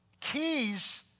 Keys